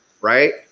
right